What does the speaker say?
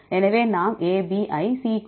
எனவே நாம் AB ஐ C க்குள் பெறுவோம்